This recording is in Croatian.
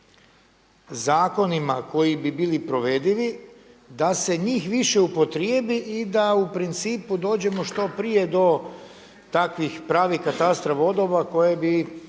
zakonima koji bi bili provedivi da se njih više upotrijebi i da u principu dođemo što prije do takvih pravih katastra vodova koje bi